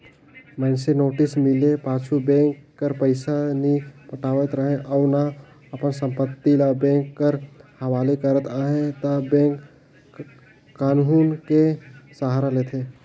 मइनसे नोटिस मिले पाछू बेंक कर पइसा नी पटावत रहें अउ ना अपन संपत्ति ल बेंक कर हवाले करत अहे ता बेंक कान्हून कर सहारा लेथे